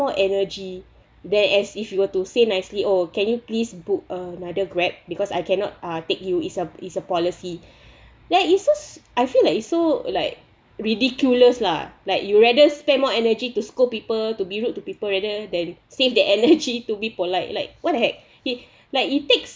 energy then as if you were to say nicely oh can you please book another grab because I cannot uh take you is a is a policy there is just I feel like it's so like ridiculous lah like you rather spend more energy to scold people to be rude to people rather than save the energy to be polite like what the heck like it takes